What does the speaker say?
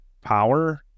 power